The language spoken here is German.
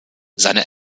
seine